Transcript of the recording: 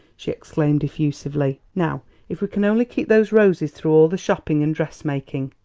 she exclaimed effusively. now if we can only keep those roses through all the shopping and dressmaking.